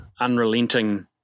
unrelenting